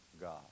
God